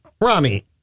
Rami